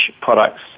products